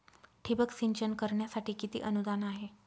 ठिबक सिंचन करण्यासाठी किती अनुदान आहे?